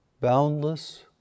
boundless